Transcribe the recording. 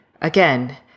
again